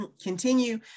continue